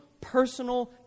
personal